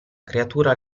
creatura